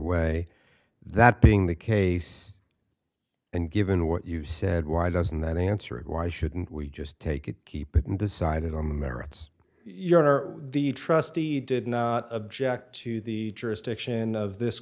way that being the case and given what you've said why doesn't that answer why shouldn't we just take it keep it and decided on the merits your honor the trustee did not object to the jurisdiction of this